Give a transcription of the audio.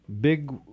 big